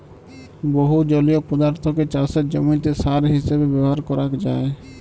বহু জলীয় পদার্থকে চাসের জমিতে সার হিসেবে ব্যবহার করাক যায়